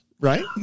Right